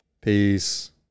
Peace